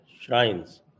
shrines